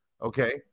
Okay